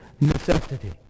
necessity